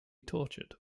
tortured